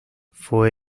fue